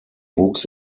wuchs